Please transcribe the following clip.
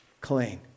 clean